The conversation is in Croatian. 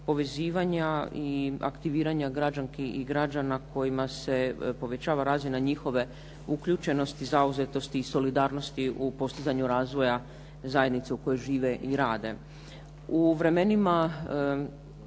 povezivanja i aktiviranja građanki i građana kojima se povećava razina njihove uključenosti, zauzetosti i solidarnosti u postizanju razvoja zajednice u kojoj žive i rade. U vremenima